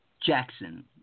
Jackson